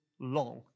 long